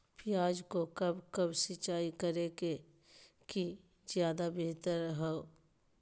प्याज को कब कब सिंचाई करे कि ज्यादा व्यहतर हहो?